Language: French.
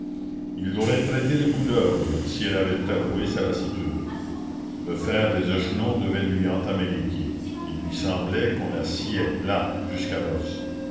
il l'aurait traitée de couleuvre si elle avait avoué sa lassitude le fer des échelons devait lui entamer les pieds il lui semblait qu'on la sciait là jusqu'à l'os